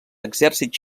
exèrcits